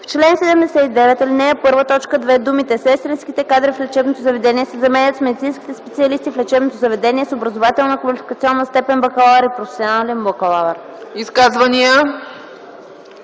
В чл. 79, ал. 1, т. 2 думите „сестринските кадри в лечебното заведение” се заменят с „медицинските специалисти в лечебното заведение с образователно-квалификационна степен „бакалавър” и „професионален бакалавър”.”